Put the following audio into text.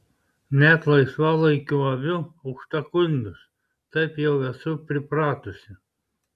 net laisvalaikiu aviu aukštakulnius taip jau esu pripratusi